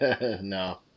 No